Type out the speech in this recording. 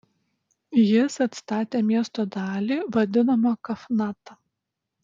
jis atstatė miesto dalį vadinamą kafnata